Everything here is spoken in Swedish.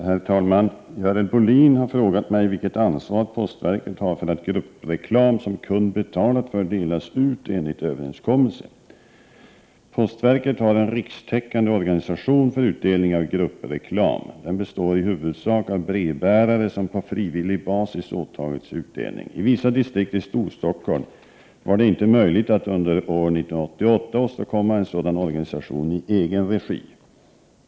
Herr talman! Görel Bohlin har frågat mig vilket ansvar postverket har för att gruppreklam som kund betalat för delas ut enligt överenskommelse. Postverket har en rikstäckande organisation för utdelning av gruppreklam. Den består i huvudsak av brevbärare som på frivillig basis åtagit sig utdelning. I vissa distrikt i Storstockholm var det inte möjligt att under år 1988 åstadkomma en sådan organisation i egen regi.